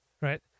right